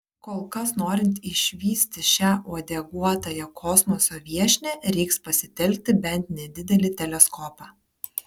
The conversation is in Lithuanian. kol kas norint išvysti šią uodeguotąją kosmoso viešnią reiks pasitelkti bent nedidelį teleskopą